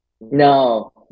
No